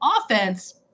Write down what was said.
offense